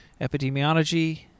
Epidemiology